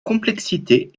complexité